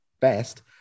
Best